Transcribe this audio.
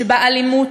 שבה אלימות,